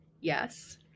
Yes